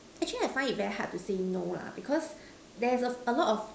actually I find it very hard to say no lah because there is a a lot of